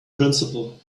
principle